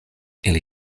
ili